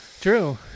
True